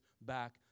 back